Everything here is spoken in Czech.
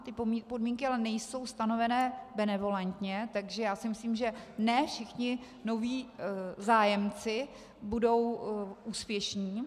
Ty podmínky ale nejsou stanovené benevolentně, takže si myslím, že ne všichni noví zájemci budou úspěšní.